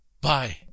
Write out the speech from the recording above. Bye